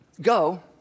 Go